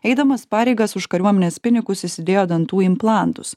eidamas pareigas už kariuomenės pinigus įsidėjo dantų implantus